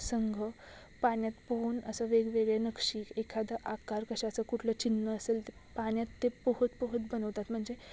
संघ पान्यात पोहून असं वेगवेगळे नक्षीक एखादं आकार कशा असं कुठलं चिहन्न असेल ते पान्यात ते पोहत पोहत बनवतात म्हणजे